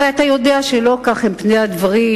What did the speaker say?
הרי אתה יודע שלא כך הם פני הדברים,